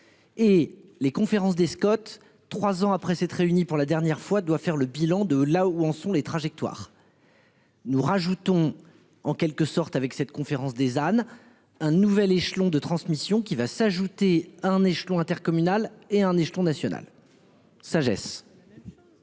Et les conférences des Scott. 3 ans après s'être réunis pour la dernière fois tu doit faire le bilan de la où en sont les trajectoires. Nous rajoutons en quelque sorte avec cette conférence des ânes. Un nouvel échelon de transmission qui va s'ajouter à un échelon intercommunal et un échelon national. Sagesse.